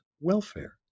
welfare